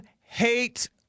hate